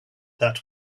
that